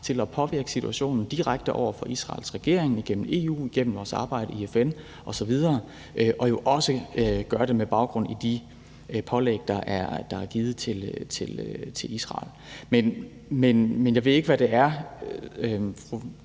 til at påvirke situationen direkte over for Israels regering igennem EU og igennem vores arbejde i FN osv., er meget aktiv, og at vi jo også gør det med baggrund i de pålæg, der er blevet givet til Israel. Men jeg ved ikke, hvad det er,